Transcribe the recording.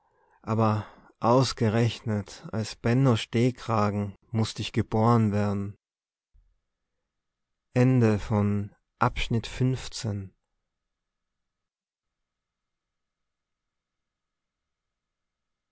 aber ausgerechnet als benno stehkragen mußt ich geboren werden